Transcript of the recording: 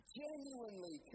genuinely